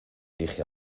dije